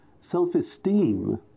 Self-esteem